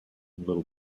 little